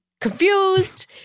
confused